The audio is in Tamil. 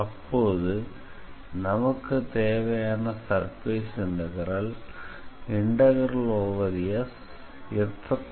அப்போது நமக்குத் தேவையான சர்ஃபேஸ் இன்டெக்ரல் SF